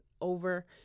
over